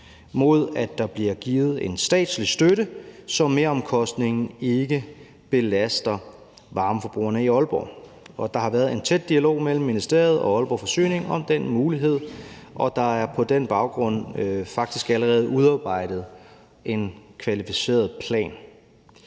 mod at der bliver givet en statslig støtte, så meromkostningen ikke belaster varmeforbrugerne i Aalborg. Så har der været en tæt dialog mellem ministeriet og Aalborg Forsyning om den mulighed, og der er på den baggrund faktisk allerede udarbejdet en kvalificeret plan.